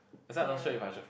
ya